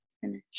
finish